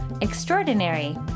extraordinary